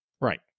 right